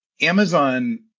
Amazon